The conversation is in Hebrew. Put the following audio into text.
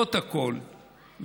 ולמרות הכול,